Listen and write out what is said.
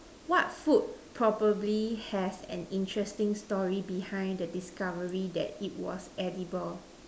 what food probably have an interesting story behind the discovery that it was edible